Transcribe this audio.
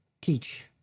teach